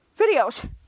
Videos